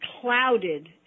clouded